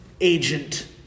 agent